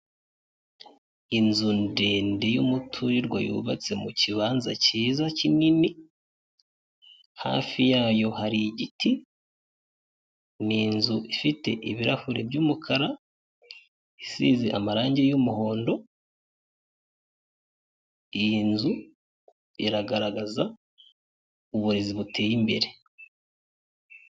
Inzu ndende y'umuturirwa, yubatse mu kibanza cyiza, kinini, hafi yayo hari igiti, ni inzu ifite ibirahure by'umukara, isize amarangi y'umuhondo, iyi nzu iragaragaza uburezi buteye imbere.